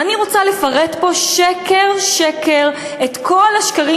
ואני רוצה לפרט פה שקר-שקר את כל השקרים